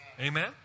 amen